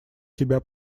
тебя